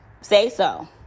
say-so